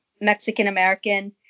Mexican-American